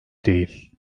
değil